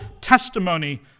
testimony